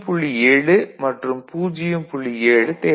7 தேவை